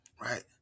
right